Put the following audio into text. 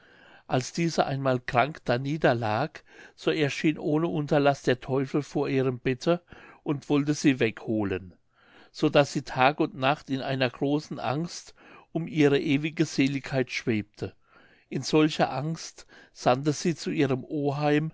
als diese einmal krank danieder lag so erschien ohne unterlaß der teufel vor ihrem bette und wollte sie wegholen so daß sie tag und nacht in einer großen angst um ihre ewige seligkeit schwebte in solcher angst sandte sie zu ihrem oheim